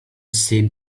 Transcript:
seem